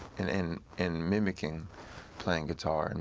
and and and mimicking playing guitar, and